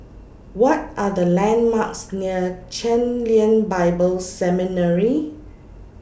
What Are The landmarks near Chen Lien Bible Seminary